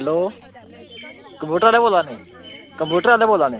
hello computer आह्ले बोला नें कंप्यूटर आह्ले बोला ने